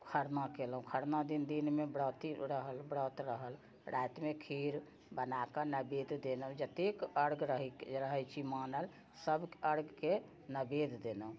खरना केलोँ खरना दिन दिनमे व्रती रहल व्रत रहल रातिमे खीर बनाके नबेद देलोँ जतेक अर्घ रहै छी मानल सब अर्घके नबेद देलोँ